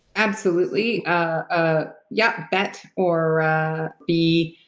absolutely, ah yeah bet, or bee,